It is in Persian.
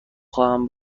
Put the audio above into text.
خواهم